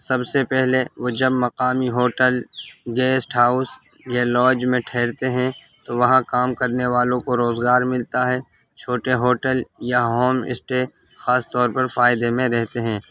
سب سے پہلے وہ جب مقامی ہوٹل گیسٹ ہاؤس یا لاج میں ٹھہرتے ہیں تو وہاں کام کرنے والوں کو روزگار ملتا ہے چھوٹے ہوٹل یا ہوم اسٹے خاص طور پر فائدے میں رہتے ہیں